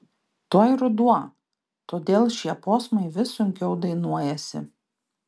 tuoj ruduo todėl šie posmai vis sunkiau dainuojasi